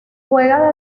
juega